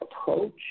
approach